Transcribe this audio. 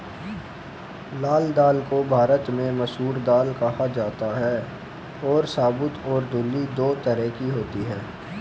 लाल दाल को भारत में मसूर दाल कहा जाता है और साबूत और धुली दो तरह की होती है